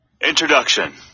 Introduction